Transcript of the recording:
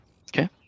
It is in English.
Okay